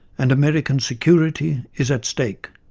and american security is at stake.